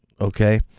okay